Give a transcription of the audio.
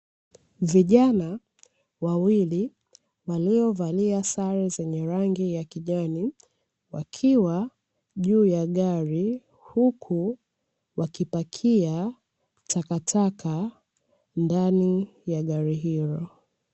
Vijana wawili waliovalia sare zenye rangi ya kijani wakiwa juu ya gari, huku wakipakia takataka ndani ya gari hilo.